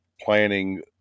planning